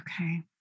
Okay